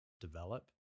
develop